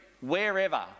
wherever